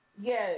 Yes